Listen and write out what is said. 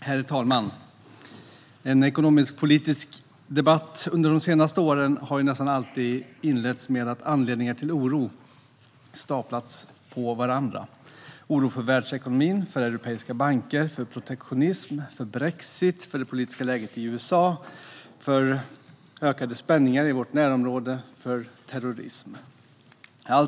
Herr talman! En ekonomisk-politisk debatt har de senaste åren nästan alltid inletts med att anledningar till oro staplats på varandra: oro för världsekonomin, för europeiska banker, för protektionism, för brexit, för det politiska läget i USA, för ökade spänningar i vårt närområde och för terrorism.